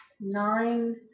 nine